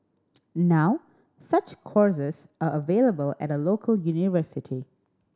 now such courses are available at a local university